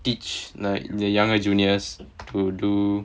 teach like the younger juniors to do